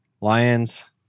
Lions